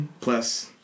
Plus